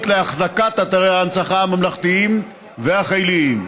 לאחזקת אתרי ההנצחה הממלכתיים והחיליים.